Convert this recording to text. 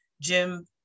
Jim